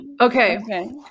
Okay